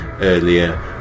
earlier